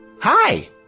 Hi